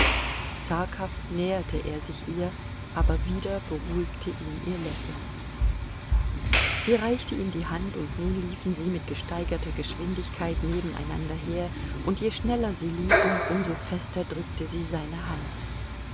zaghaft näherte er sich ihr aber wieder beruhigte ihn ihr lächeln sie reichte ihm die hand und nun liefen sie mit gesteigerter geschwindigkeit nebeneinander her und je schneller sie liefen um so fester drückte sie seine hand